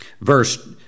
verse